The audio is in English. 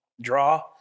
draw